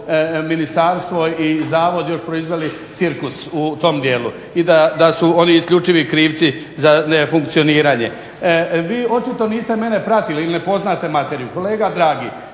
ministarstvo i zavod još proizveli cirkus u tom dijelu, i da su oni isključivi krivci za nefunkcioniranje. Vi očito niste mene pratili ili ne poznajete materiju. Kolega dragi,